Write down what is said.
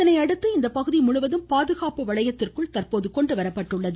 இதனையடுத்து அப்பகுதி முழுவதும் பாதுகாப்பு வளையத்திற்குள் கொண்டு வரப்பட்டுள்ளது